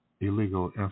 illegal